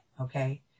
okay